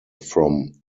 from